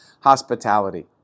hospitality